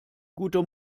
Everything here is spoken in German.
guter